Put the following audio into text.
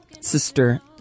Sister